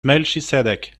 melchizedek